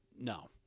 No